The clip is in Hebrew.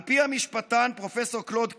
על פי המשפטן פרופ' קלוד קליין,